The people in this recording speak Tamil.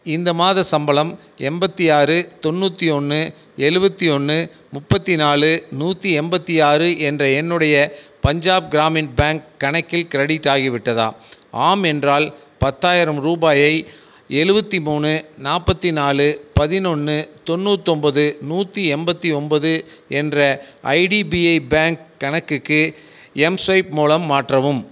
இந்த மாதச் சம்பளம் எண்பத்தி ஆறு தொண்ணூற்றி ஒன்று எழுவத்தி ஒன்று முப்பத்தி நாலு நூற்றி எண்பத்தி ஆறு என்ற என்னுடைய பஞ்சாப் க்ராமின் பேங்க் கணக்கில் க்ரெடிட் ஆகிவிட்டதா ஆம் என்றால் பத்தாயிரம் ரூபாயை எழுவத்தி மூணு நாற்பத்தி நாலு பதினொன்று தொண்ணூத்தொம்போது நூற்றி எண்பத்தி ஒம்போது என்ற ஐடிபிஐ பேங்க் கணக்குக்கு எம்ஸ்வைப் மூலம் மாற்றவும்